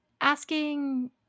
asking